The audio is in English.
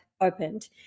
opened